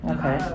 Okay